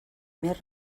més